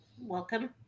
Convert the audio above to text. Welcome